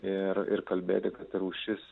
ir ir kalbėti kad rūšis